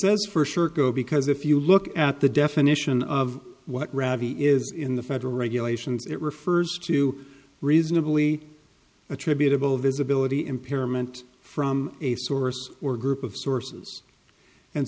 says for sure go because if you look at the definition of what gravity is in the federal regulations it refers to reasonably attributable visibility impairment from a source or group of sources and